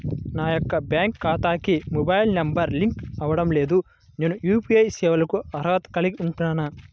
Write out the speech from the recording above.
నా యొక్క బ్యాంక్ ఖాతాకి మొబైల్ నంబర్ లింక్ అవ్వలేదు నేను యూ.పీ.ఐ సేవలకు అర్హత కలిగి ఉంటానా?